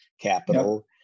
Capital